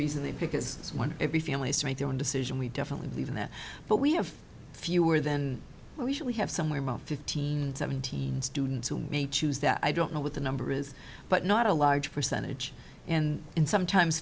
reason they pick is one every family's to make their own decision we definitely believe in that but we have fewer than we should we have somewhere around fifteen seventeen students who may choose that i don't know what the number is but not a large percentage and in some times